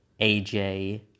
AJ